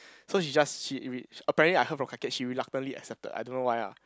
so she just she she apparently I heard from Ka kiet she reluctantly accepted I don't know why ah